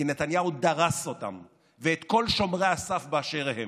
כי נתניהו דרס אותם ואת כל שומרי הסף באשר הם.